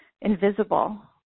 invisible